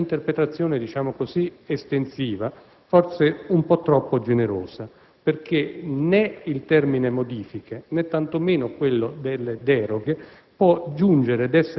è un'interpretazione, diciamo così, estensiva, forse un po' troppo generosa: perché né il termine «modifica», né tanto meno quello della «deroga»,